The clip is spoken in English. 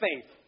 faith